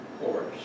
horse